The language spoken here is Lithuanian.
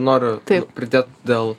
noriu tai pridėt dėl